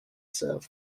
serve